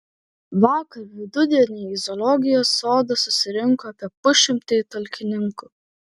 vakar vidudienį į zoologijos sodą susirinko apie pusšimtį talkininkų